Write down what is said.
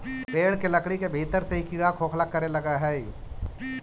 पेड़ के लकड़ी के भीतर से ही कीड़ा खोखला करे लगऽ हई